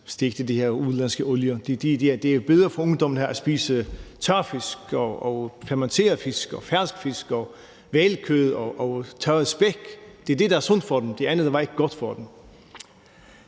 stegt i de her udenlandske olier. Det er ikke sundt, det er bedre for ungdommen at spise tørfisk, fermenteret fisk, fersk fisk, hvalkød og tørret spæk. Det er det, der er sundt for dem; det andet var ikke godt for dem.